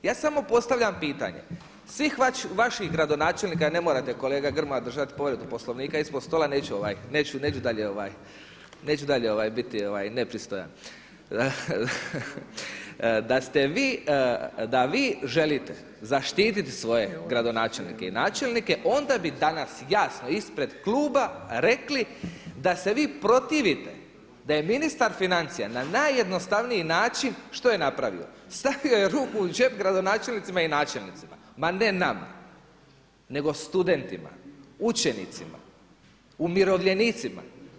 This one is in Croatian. Ja samo postavljam pitanje, svi vaših gradonačelnika, ne morate kolega Grmoja držati povredu Poslovnika ispod stola, neću dalje biti nepristojan, da vi želite zaštiti svoje gradonačelnike i načelnike onda bi danas jasno ispred kluba rekli da se vi protivite da je ministar financija na najjednostavniji način, što je napravio, stavio je ruku u džep gradonačelnicima i načelnicima, ma ne nama, nego studentima, učenicima, umirovljenicima.